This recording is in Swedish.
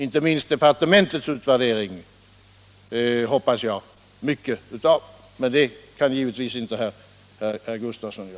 Inte minst departementets utvärdering hoppas jag mycket på, men det kan givetvis inte herr Gustafsson göra.